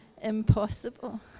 impossible